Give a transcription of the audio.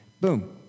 Boom